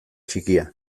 txikia